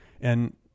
And-